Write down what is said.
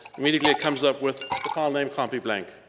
immediately it comes up with the file name can't be blank.